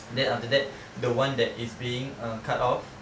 then after that the one that is being uh cut off